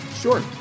Sure